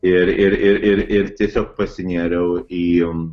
ir ir ir ir tiesiog pasinėriau į